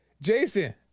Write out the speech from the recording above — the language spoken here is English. Jason